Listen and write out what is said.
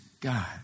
God